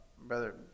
Brother